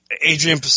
Adrian